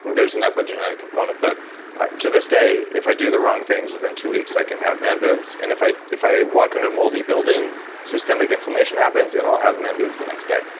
there's an epigenetic component. but to this day, if i do the wrong things, within two weeks i can have man-boobs, and if i if i walk into a moldy building systemic inflammation happens and i'll have man-boobs the next day.